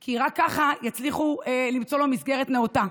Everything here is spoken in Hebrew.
כי רק ככה יצליחו למצוא לו מסגרת נאותה,